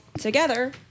Together